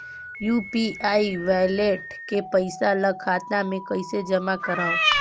UPI wallet के पईसा ल खाता मे कइसे जमा करव?